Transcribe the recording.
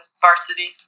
varsity